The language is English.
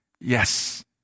Yes